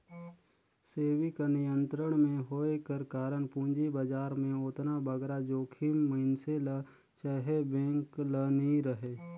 सेबी कर नियंत्रन में होए कर कारन पूंजी बजार में ओतना बगरा जोखिम मइनसे ल चहे बेंक ल नी रहें